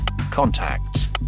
Contacts